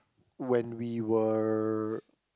when we were